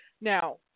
Now